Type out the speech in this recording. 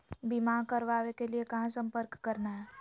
बीमा करावे के लिए कहा संपर्क करना है?